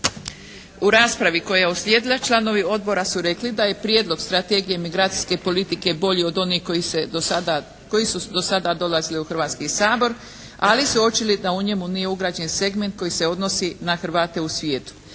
U raspravi koja je usljedila članovi odbora su rekli da je Prijedlog strategije migracijske politike bolji od onih koji su dosada dolazili u Hrvatski sabor, ali su uočili da u njemu nije ugrađen segment koji se odnosi na Hrvate u svijetu.